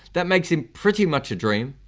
that makes him pretty much a dream.